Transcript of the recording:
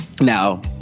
now